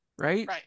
right